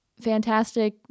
fantastic